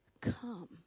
Come